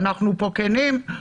ואנחנו פה כנים,